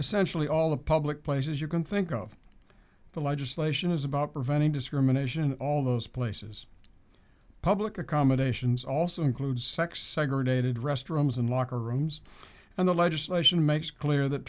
essentially all the public places you can think of the legislation is about preventing discrimination all those places public accommodations also include sex segregated restrooms and locker rooms and the legislation makes clear that